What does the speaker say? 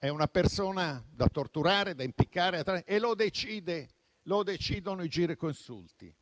una persona da torturare, da impiccare, e lo decidono i giureconsulti.